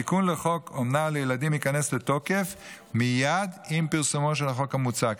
התיקון לחוק אומנה לילדים ייכנס לתוקף מייד עם פרסומו של החוק המוצע,